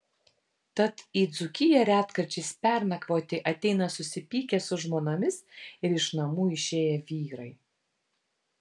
tad į dzūkiją retkarčiais pernakvoti ateina susipykę su žmonomis ir iš namų išėję vyrai